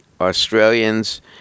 Australians